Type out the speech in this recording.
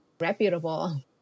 reputable